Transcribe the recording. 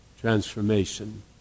transformation